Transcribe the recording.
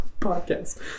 podcast